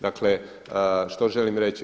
Dakle, što želim reći?